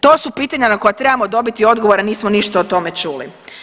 To su pitanja na koja trebamo dobiti odgovor, a nismo ništa o tome čuli.